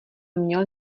měl